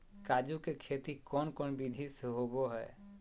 काजू के खेती कौन कौन विधि से होबो हय?